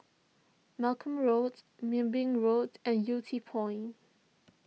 Malcolm Road Wilby Road and Yew Tee Point